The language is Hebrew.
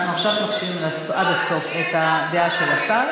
עכשיו אנחנו מקשיבים עד הסוף לדעה של השר.